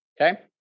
okay